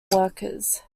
workers